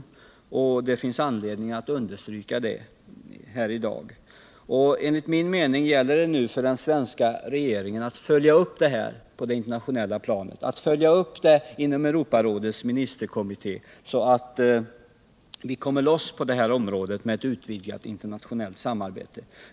Det finns anledning att understryka det här i dag. Enligt min mening gäller det nu för den svenska regeringen att följa upp detta på det internationella planet, att följa upp det inom Europarådets ministerkommitté, så att vi kommer loss med ett internationellt samarbete på området.